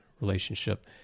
relationship